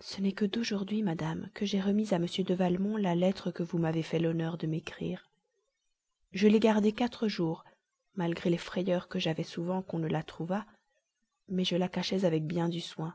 ce n'est que d'aujourd'hui madame que j'ai remis à m de valmont la lettre que vous m'avez fait l'honneur de m'écrire je l'ai gardée quatre jours malgré la frayeur que j'avais souvent qu'on ne la trouvât mais je la cachais avec bien du soin